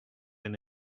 and